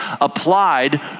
applied